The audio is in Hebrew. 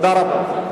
תודה רבה.